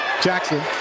Jackson